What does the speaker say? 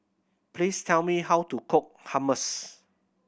please tell me how to cook Hummus